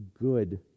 good